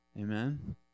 Amen